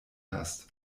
hast